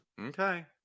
Okay